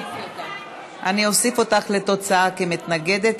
אוסיף אותך לתוצאה כמתנגדת,